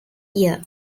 year